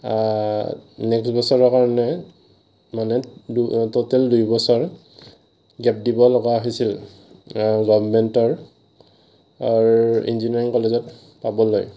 next বছৰৰ কাৰণে মানে টুটেল দুবছৰ গেপ দিব লগা হৈছিল গভৰ্ণমেণ্টৰ ইঞ্জিনিয়াৰিং কলেজত পাবলৈ